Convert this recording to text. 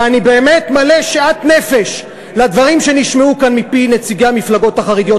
ואני באמת מלא שאט-נפש מדברים שנשמעו כאן מפי נציגי המפלגות החרדיות.